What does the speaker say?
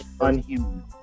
unhuman